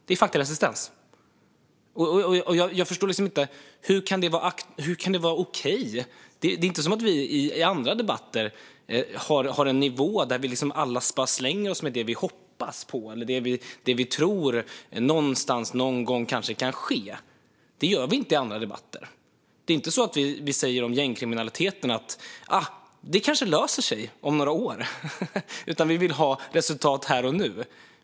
Det är faktaresistens, och jag förstår inte hur det kan vara okej. Det är inte som att vi i andra debatter har en nivå där vi alla slänger oss med det vi hoppas på eller det vi tror kanske kan ske någon gång. Det gör vi inte i andra debatter. Det är inte så att vi säger om gängkriminaliteten att det kanske löser sig om några år, utan vi vill ha resultat här och nu.